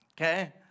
Okay